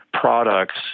products